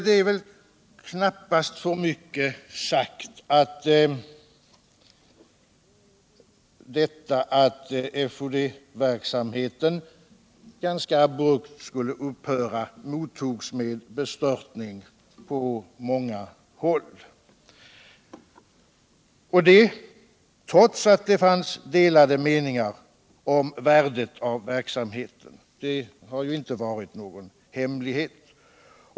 Det är väl knappast för mycket sagt all detta att FoD-verksamheten ganska abrupt skulle upphöra mottogs med bestörtning på många håll, och det trots att det finns delade meningar om Nytt statsbidrag värdet av verksamheten: det har ju inte varit någon hemlighet.